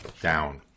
down